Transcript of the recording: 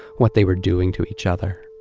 what they were doing to each other.